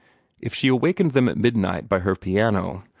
if she awakened them at midnight by her piano,